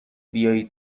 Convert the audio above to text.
بیایی